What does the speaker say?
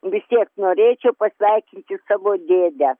vis tiek norėčiau pasveikinti savo dėdę